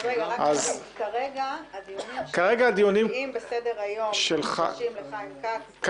רק להבין: כרגע הדיונים שמופיעים בסדר-היום ונוגעים לחיים כץ מתקיימים.